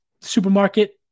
supermarket